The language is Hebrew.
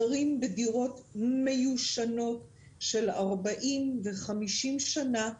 גרים בדירות מיושנות של ארבעים וחמישים שנה,